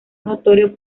notorio